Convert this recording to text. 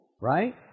Right